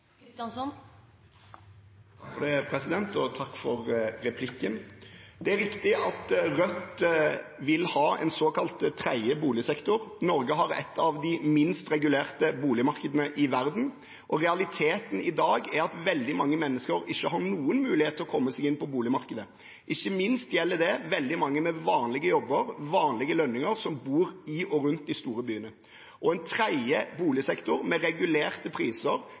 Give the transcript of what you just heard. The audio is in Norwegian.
Takk for replikken. Det er riktig at Rødt vil ha en såkalt tredje boligsektor. Norge har et av de minst regulerte boligmarkedene i verden, og realiteten i dag er at veldig mange mennesker ikke har noen mulighet til å komme seg inn på boligmarkedet. Ikke minst gjelder det veldig mange med vanlige jobber og vanlige lønninger som bor i og rundt de store byene. En tredje boligsektor med regulerte priser